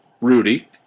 Rudy